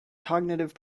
cognitive